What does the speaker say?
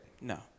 No